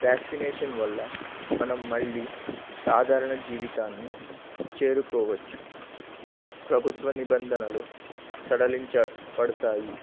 vaccination వల్ల మనం మళ్ళీ సాధారణ జీవితాన్ని చేరుకోవచ్చు ప్రభుత్వ నిబంధనలు సడలించ పడతాయి